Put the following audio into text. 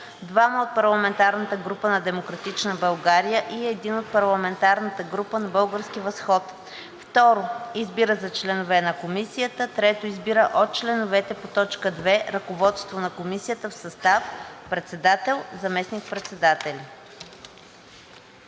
2 от парламентарната група на „Демократична България“ и 1 от парламентарната група „Български възход“. 2. Избира за членове на Комисията: … 3. Избира от членовете по т. 2 ръководство на Комисията в състав: Председател: … Заместник-председатели: